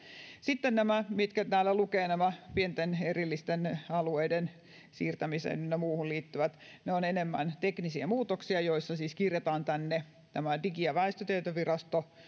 sitten nämä mikä täällä lukee pienten erillisten alueiden siirtämiseen ynnä muuhun liittyvät ovat enemmän teknisiä muutoksia joissa siis kirjataan tänne tämä digi ja väestötietovirasto